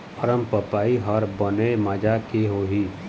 अरमपपई हर बने माजा के होही?